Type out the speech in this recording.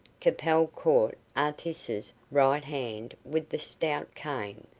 capel caught artis's right hand with the stout cane,